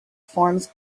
forms